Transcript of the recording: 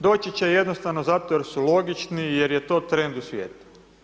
Doći će jednostavno zato jer su logični, jer je to trend u svijetu.